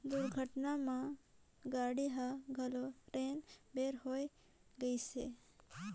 दुरघटना म गाड़ी हर घलो रेन बेर होए गइसे